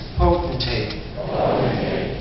potentate